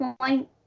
point